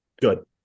Good